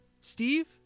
steve